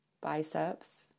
biceps